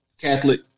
Catholic